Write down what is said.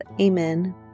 Amen